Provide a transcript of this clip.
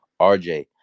RJ